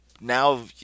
Now